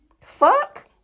Fuck